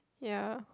ya